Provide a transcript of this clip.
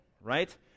right